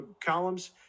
columns